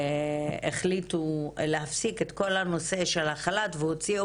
החליטו להפסיק את כל הנושא של החל"ת והוציאו